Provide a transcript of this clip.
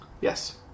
Yes